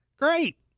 Great